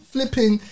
Flipping